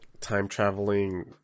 time-traveling